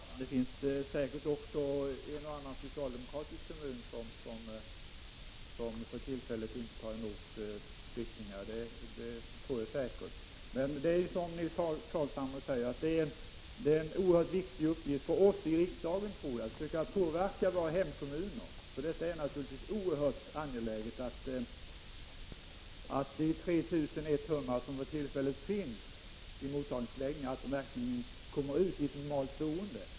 Herr talman! Det finns säkert också en och annan socialdemokratisk kommun som för tillfället inte tar emot flyktingar. Det är som Nils Carlshamre säger en oerhört viktig uppgift för oss i riksdagen att försöka påverka våra hemkommuner. Det är naturligtvis angeläget att de 3 100 flyktingar som just nu finns i mottagningslägren verkligen kommer ut i normalt boende.